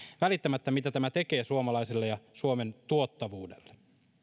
välittämättä siitä mitä tämä tekee suomalaisille ja suomen tuottavuudelle